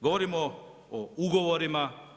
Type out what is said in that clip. Govorimo o ugovorima.